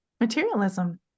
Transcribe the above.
materialism